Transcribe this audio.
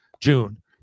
June